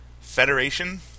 Federation